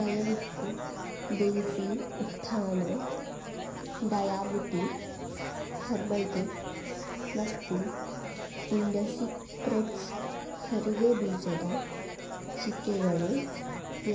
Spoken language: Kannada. ದಯವಿಟ್ಟು Desi Utthan diabetic herbal tea ಮತ್ತು ಇಂಡ ಸೀಕ್ರೆಟ್ಸ್ ಅರಿವೆ ಬೀಜದ ಚುಕ್ಕೆಗಳು